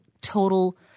total